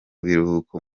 biruhuko